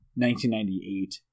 1998